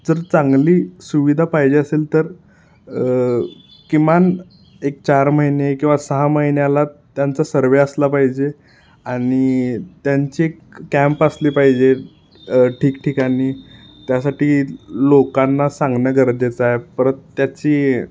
जर चांगली सुविधा पाहिजे असेल तर किमान एक चार महिने किंवा सहा महिन्याला त्यांचा सर्वे असला पाहिजे आणि त्यांची एक कॅम्प असली पाहिजे ठीक ठिकाणी त्यासाठी लोकांना सांगणं गरजेचं आहे परत त्याची